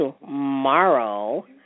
tomorrow